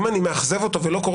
אל תקשקש.